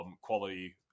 Quality